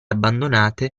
abbandonate